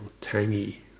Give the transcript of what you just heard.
tangy